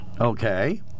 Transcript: Okay